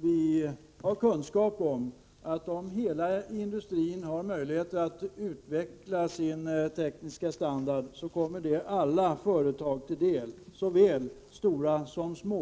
vi har kunskap om att om hela industrin har möjlighet att utveckla sin tekniska standard så kommer detta alla företag till del, såväl stora som små.